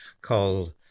called